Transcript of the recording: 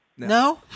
No